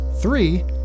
Three